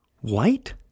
white